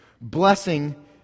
Blessing